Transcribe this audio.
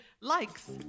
likes